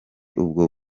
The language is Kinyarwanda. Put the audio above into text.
ubwo